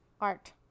Art